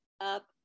up